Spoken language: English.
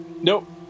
Nope